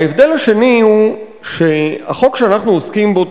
ההבדל השני הוא שהחוק שאנחנו עוסקים בו,